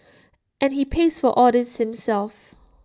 and he pays for all this himself